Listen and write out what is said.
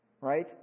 Right